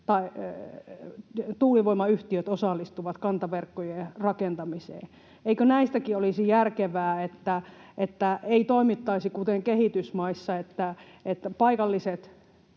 tuulivoimayhtiöt osallistuvat kantaverkkojen rakentamiseen. Eikö näidenkin osalta olisi järkevää, että ei toimittaisi kuten kehitysmaissa, että paikalliset